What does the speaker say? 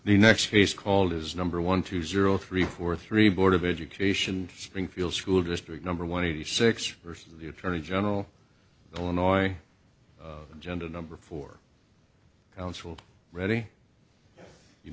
the next he's called his number one two zero three four three board of education springfield school district number one eighty six for the attorney general illinois gender number four counsel ready